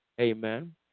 Amen